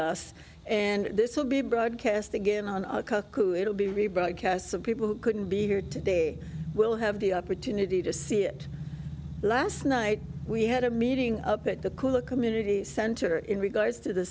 us and this will be broadcast again on a cuckoo it'll be rebroadcast of people who couldn't be here today will have the opportunity to see it last night we had a meeting up at the cool a community center in regards to the